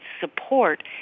support